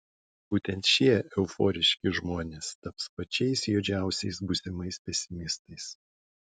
būtent šie euforiški žmonės taps pačiais juodžiausiais būsimais pesimistais